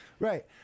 Right